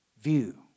view